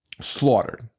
slaughtered